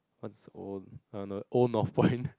what's old err no old Northpoint